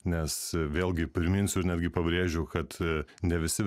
nes vėlgi priminsiu ir netgi pabrėžiu kad ne visi